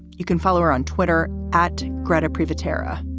you can follow her on twitter at gretar private tarar